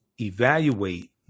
evaluate